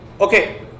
Okay